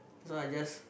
so I just